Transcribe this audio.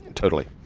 totally.